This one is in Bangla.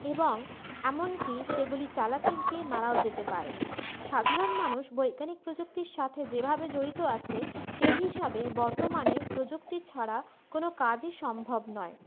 এবং এমনকি সেগুলি চালাতে গিয়ে মারাও যেতে পারে সাধারণ মানুষ বৈজ্ঞানিক প্রযুক্তির সাথে যেভাবে জড়িত আছে সে হিসাবে বর্তমানে প্রযুক্তি ছাড়া কোনও কাজই সম্ভব নয়